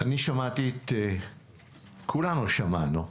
אני שמעתי, כולנו שמענו,